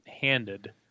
handed